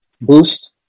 boost